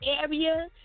area